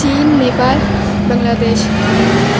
چین نیپال بنگلہ دیش